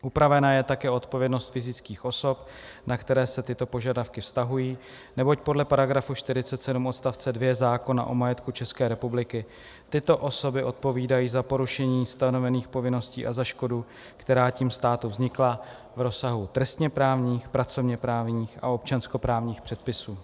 Upravena je také odpovědnost fyzických osob, na které se tyto požadavky vztahují, neboť podle § 47 odst. 2 zákona o majetku České republiky tyto osoby odpovídají za porušení stanovených povinností a za škodu, která tím státu vznikla v rozsahu trestněprávních, pracovněprávních a občanskoprávních předpisů.